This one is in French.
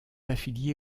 affilié